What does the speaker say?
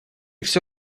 всё